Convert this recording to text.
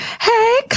hey